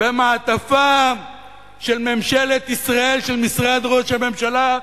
במעטפה של ממשלת ישראל, של משרד ראש הממשלה,